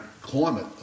climate